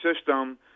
system